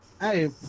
hey